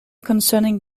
concerning